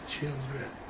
children